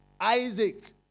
Isaac